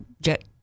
jet